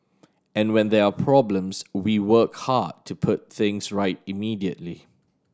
and when there are problems we work hard to put things right immediately